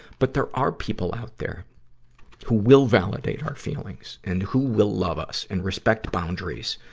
but there are people out there who will validate our feelings and who will love us and respect boundaries.